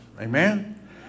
Amen